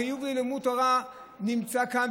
החיוב בלימוד תורה נמצא כאן,